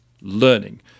learning